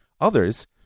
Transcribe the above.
Others